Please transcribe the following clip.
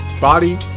body